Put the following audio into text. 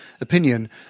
opinion